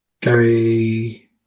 Gary